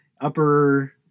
upper